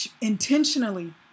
intentionally